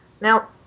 Now